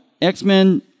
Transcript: X-Men